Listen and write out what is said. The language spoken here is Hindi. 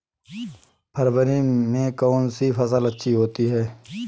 फरवरी में कौन सी फ़सल अच्छी होती है?